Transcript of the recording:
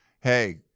hey